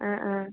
ആ ആ